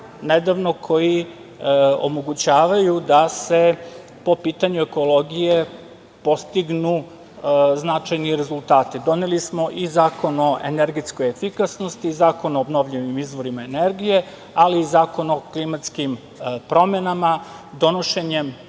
nedavno, koji omogućavaju da se po pitanju ekologije postignu značajne rezultati. Doneli smo i Zakon o energetskoj efikasnosti i Zakon o obnovljivim izvorima energije, ali i Zakon o klimatskim promenama. Donošenjem